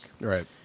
Right